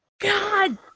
God